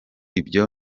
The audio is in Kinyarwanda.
ibyo